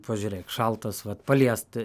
pažiūrėk šaltas vat paliest